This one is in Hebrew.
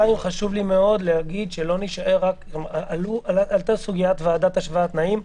חשוב לי מאוד להגיד שעלתה סוגיית ועדת השוואת תנאים,